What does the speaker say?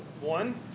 One